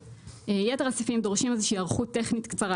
יתר הסעיפים דורשים איזה שהיא היערכות טכנית קצרה,